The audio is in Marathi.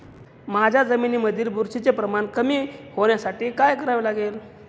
माझ्या जमिनीमधील बुरशीचे प्रमाण कमी होण्यासाठी काय करावे लागेल?